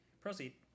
Proceed